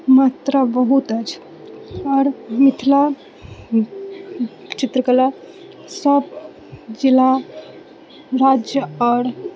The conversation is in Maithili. मात्रा बहुत अछि आओर मिथिला चित्रकला सब जिला राज्य आओर